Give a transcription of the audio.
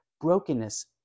brokenness